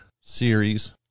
series